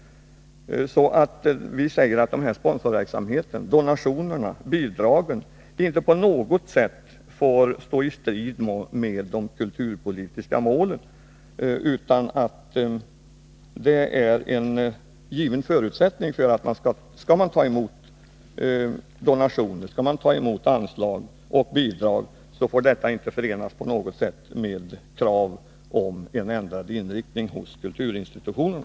Vi säger att sponsorverksamheten, donationerna och bidragen inte på något sätt får stå i strid med de kulturpolitiska målen. Det är en given förutsättning. Skall man ta emot donationer, anslag och bidrag får detta inte på något sätt förenas med krav om en ändrad inriktning hos kulturinstitutionerna.